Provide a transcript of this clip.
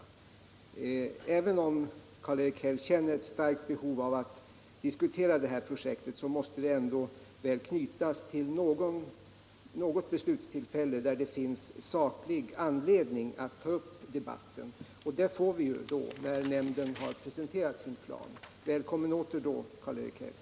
107 Även om således Karl-Erik Häll har ett starkt behov av att diskutera det här projektet måste den debatten knytas till något beslutstillfälle där det finns saklig anledning att ta upp den. Ett sådant tillfälle får vi ju när nämnden har presenterat sin plan. Välkommen åter då, Karl-Erik Häll!